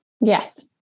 Yes